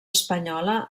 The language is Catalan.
espanyola